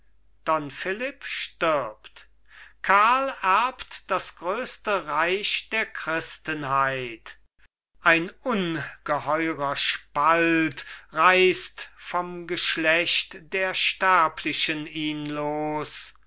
don philipp stirbt karl erbt das größte reich der christenheit ein ungeheurer spalt reißt vom geschlecht der sterblichen ihn los